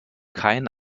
kein